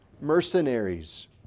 mercenaries